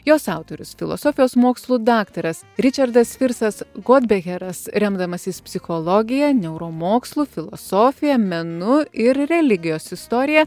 jos autorius filosofijos mokslų daktaras ričerdas firsas godbeheras remdamasis psichologija neuromokslu filosofija menu ir religijos istorija